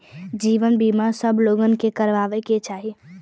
जीवन बीमा सब लोगन के करावे के चाही